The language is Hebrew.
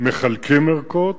מחלקים ערכות,